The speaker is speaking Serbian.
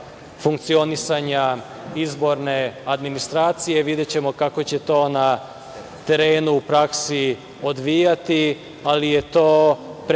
funkcionisanja izborne administracije, videćemo kako će to na terenu, u praksi odvijati ali je to pretpostavka